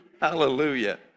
Hallelujah